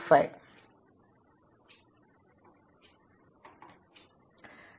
അരികിലെ അവസാന പോയിന്റുകളുടെ pre post numbering